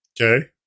Okay